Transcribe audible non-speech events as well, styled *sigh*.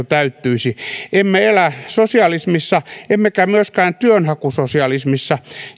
*unintelligible* täyttyisi emme elä sosialismissa emmekä myöskään työnhakusosialismissa